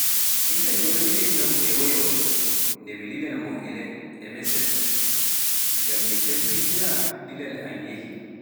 Igga mi wolwida e tagu e woyawol, nde mi lilan-mo e le- e mesees, ngam mi tabbitina lilal am yahii.